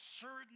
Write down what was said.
certain